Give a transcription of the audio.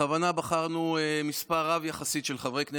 בכוונה בחרנו מספר רב יחסית של חברי כנסת,